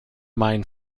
mine